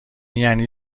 یعنی